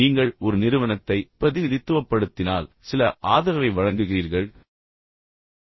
எனவே நீங்கள் ஒரு நிறுவனத்தை பிரதிநிதித்துவப்படுத்தினால் சில ஆதரவை வழங்குகிறீர்கள் வணக்கத்துடன் தொடங்க வேண்டாம்